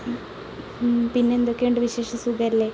പിന്നെന്തൊക്കെയുണ്ട് വിശേഷം സുഖമല്ലെ